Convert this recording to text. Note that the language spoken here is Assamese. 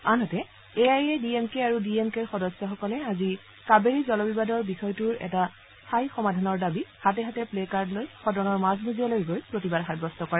আনহাতে A I A D M K আৰু ডি এন কেৰ সদস্যসকলে আজি কাবেৰী জলবিবাদৰ বিষয়টো এটা স্থায়ী সমাধানৰ দাবীত হাতে হাতে প্লে কাৰ্ড লৈ সদনৰ মাজ মজিয়ালৈ গৈ প্ৰতিবাদ সাব্যস্ত কৰে